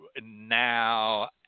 Now